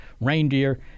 reindeer